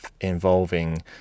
involving